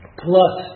plus